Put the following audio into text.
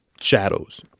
shadows